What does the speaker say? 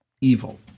evil